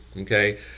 okay